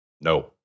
No